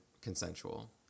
consensual